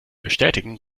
bestätigen